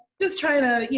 just trying to, you